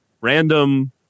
random